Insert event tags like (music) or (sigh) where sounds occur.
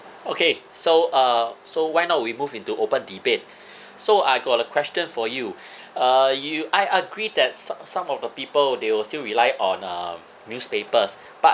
okay so uh so why not we move into open debate so I got a question for you (breath) uh you I agree that so~ some of the people they will still rely on uh newspapers but